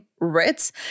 Ritz